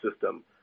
system